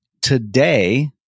today